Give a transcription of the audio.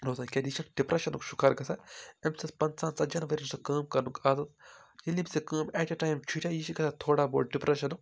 روزان کیٛازِ یہِ چھِ ڈپریشنُک شکار گژھان أمۍ سٕنٛدۍ پنژاہ ژتجی ؤریَن ہُنٛد کٲم کرنُک عادت ییٚلہِ أمۍ سٕنٛز سۄ کٲم ایٹ اےٚ ٹایم چھُی نہ یہِ چھِ گژھان تھوڑا بہت ڈپریشنُک